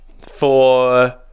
for-